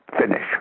finish